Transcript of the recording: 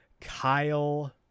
Kyle